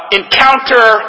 encounter